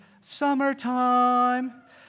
summertime